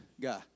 guy